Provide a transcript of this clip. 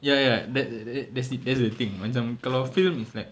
ya ya that's the thing macam kalau film it's like